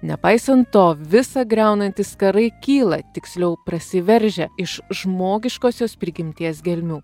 nepaisant to visa griaunantis karai kyla tiksliau prasiveržia iš žmogiškosios prigimties gelmių